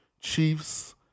Chiefs